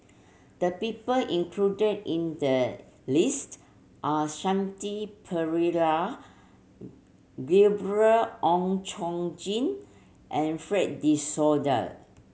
the people included in the list are Shanti Pereira Gabriel Oon Chong Jin and Fred De Souza